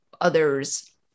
others